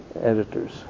editors